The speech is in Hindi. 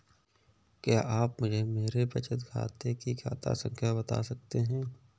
क्या आप मुझे मेरे बचत खाते की खाता संख्या बता सकते हैं?